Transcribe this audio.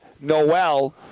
Noel